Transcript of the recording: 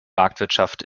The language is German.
marktwirtschaft